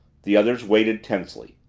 the others waited tensely.